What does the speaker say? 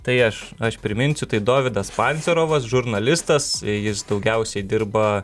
tai aš aš priminsiu tai dovydas pancerovas žurnalistas jis daugiausiai dirba